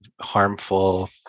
harmful